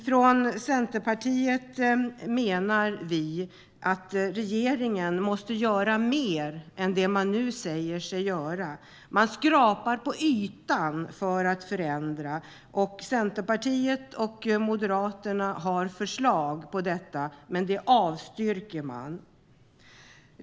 Vi i Centerpartiet menar att regeringen måste göra mer än det man nu säger sig göra. Man skrapar på ytan för att förändra. Centerpartiet och Moderaterna har förslag, men man avstyrker dem.